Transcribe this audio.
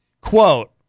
Quote